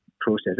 process